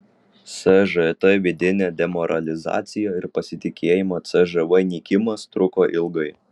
sžt vidinė demoralizacija ir pasitikėjimo cžv nykimas truko ilgai